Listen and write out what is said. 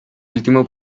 último